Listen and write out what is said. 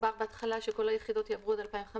דובר בתחילה שכל היחידות יעברו עד 2015